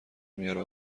میاره